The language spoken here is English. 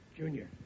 Junior